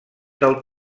del